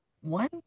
one